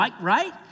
right